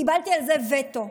קיבלתי על זה וטו.